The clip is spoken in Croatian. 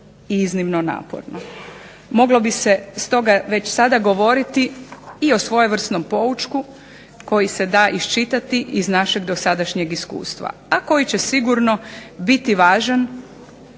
i iznimno naporno. Moglo bi se stoga već sada govoriti i o svojevrsnom poučku koji se da iščitati iz našeg dosadašnjeg iskustva, a koji će sigurno biti važan